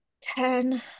Ten